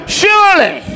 surely